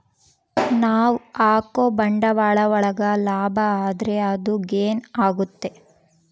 ನಾವ್ ಹಾಕೋ ಬಂಡವಾಳ ಒಳಗ ಲಾಭ ಆದ್ರೆ ಅದು ಗೇನ್ ಆಗುತ್ತೆ